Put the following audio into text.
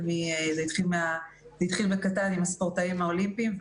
זה התחיל בקטן עם הספורטאים האולימפיים,